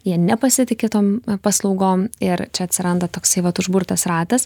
jie nepasitiki tom paslaugom ir čia atsiranda toksai vat užburtas ratas